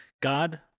God